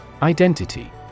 Identity